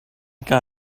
got